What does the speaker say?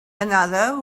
another